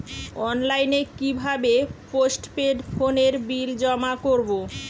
অনলাইনে কি ভাবে পোস্টপেড ফোনের বিল জমা করব?